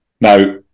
Now